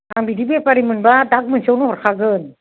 आं बिदि बेपारि मोनबा डाक मोनसेयावनो हरखागोन